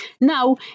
Now